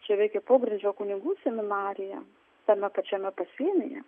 čia veikė pogrindžio kunigų seminarija tame pačiame pasienyje